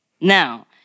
Now